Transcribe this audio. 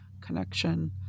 connection